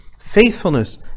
faithfulness